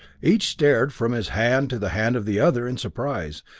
each stared from his hand to the hand of the other in surprise,